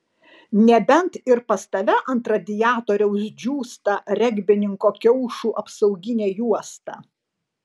nebent ir pas tave ant radiatoriaus džiūsta regbininko kiaušų apsauginė juosta